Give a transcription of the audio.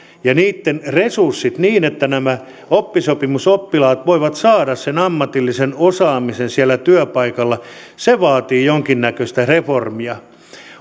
ja resurssit niin että nämä oppisopimusoppilaat voivat saada sen ammatillisen osaamisen siellä työpaikalla se vaatii jonkinnäköistä reformia